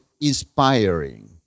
inspiring